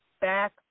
back